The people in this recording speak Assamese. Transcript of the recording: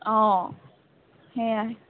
অঁ সেয়াই